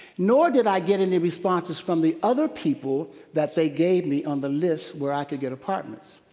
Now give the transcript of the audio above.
nor did i get any responses from the other people that they gave me on the list where i could get apartments.